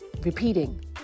repeating